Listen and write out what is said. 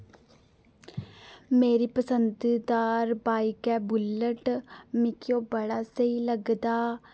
मेरी पसंदीदा बाइक ऐ बुल्लट मिकी ओह् बड़ा स्हेई लगदा